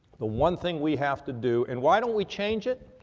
the one thing we have to do and why don't we change it?